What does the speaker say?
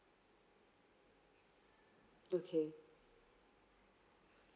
okay